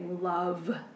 love